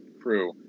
crew